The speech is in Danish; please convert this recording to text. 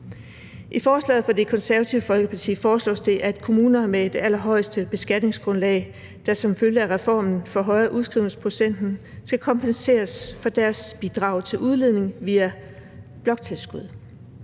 I forslaget fra Det Konservative Folkeparti foreslås det, at kommuner med det allerhøjeste beskatningsgrundlag, der som følge af reformen forhøjer udskrivningsprocenten, skal kompenseres for deres bidrag til udligning via bloktilskuddet.